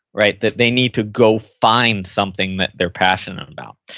right? that they need to go find something that they're passionate about.